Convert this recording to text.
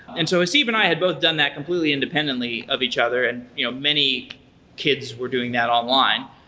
and so haseeb and i had both done that completely independently of each other, and you know many kids were doing that online.